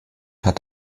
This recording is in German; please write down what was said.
hat